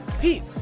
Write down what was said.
Pete